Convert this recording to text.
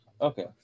Okay